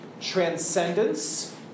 Transcendence